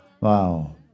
Wow